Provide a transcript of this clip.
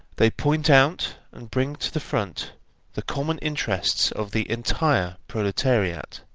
they point out and bring to the front the common interests of the entire proletariat,